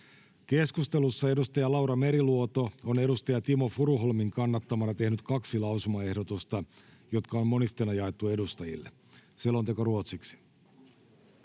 Keskustelussa edustaja Laura Meriluoto on edustaja Timo Furuholmin kannattamana tehnyt kaksi lausumaehdotusta, jotka on monisteena jaettu edustajille. (Pöytäkirjan